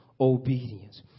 obedience